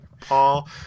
Paul